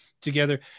together